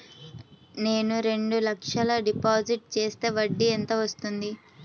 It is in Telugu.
నేను రెండు లక్షల డిపాజిట్ చేస్తే వడ్డీ ఎంత వస్తుంది?